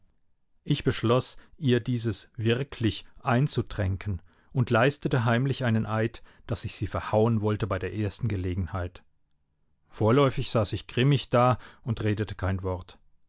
ich beschloß ihr dieses wirklich einzutränken und leistete heimlich einen eid daß ich sie verhauen wollte bei der ersten gelegenheit vorläufig saß ich grimmig da und redete kein wort